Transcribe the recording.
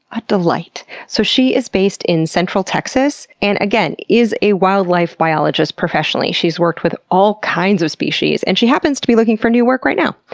a delight! so she is based in central texas, and again, is a wildlife biologist professionally. she's worked with all kinds of species, and she happens to be looking for new work right now.